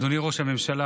אדוני ראש הממשלה,